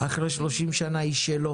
ואחרי 30 שנים היא שלו